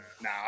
No